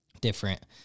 different